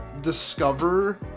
discover